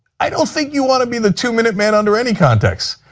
i don't think you want to be the two-minute man under any context,